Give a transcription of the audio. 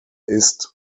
ist